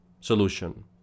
solution